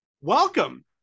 Welcome